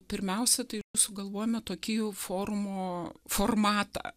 pirmiausia tai sugalvojome tokį jau forumo formatą